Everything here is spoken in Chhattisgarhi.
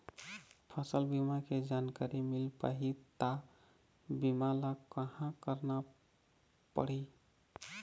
फसल बीमा के जानकारी मिल पाही ता बीमा ला कहां करना पढ़ी?